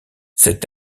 cet